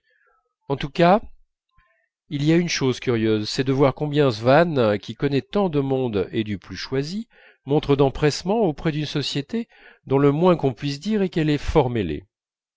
en tous cas il y a une chose curieuse c'est de voir combien swann qui connaît tant de monde et du plus choisi montre d'empressement auprès d'une société dont le moins qu'on puisse dire est qu'elle est